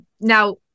Now